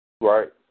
Right